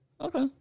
Okay